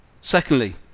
Secondly